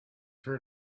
heard